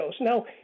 Now